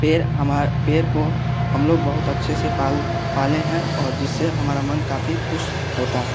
पेड़ पेड़ को हम लोग बहुत अच्छे से पाल पाले हैं और जिससे हमारा मन काफ़ी खुश होता है